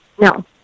No